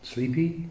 Sleepy